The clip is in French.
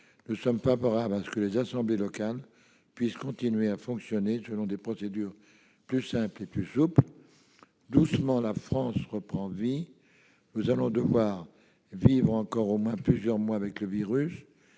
nous paraît préférable que les assemblées locales puissent continuer à fonctionner selon des procédures plus simples et plus souples. Doucement, la France reprend vie. Nous allons devoir vivre encore au moins plusieurs mois avec le virus.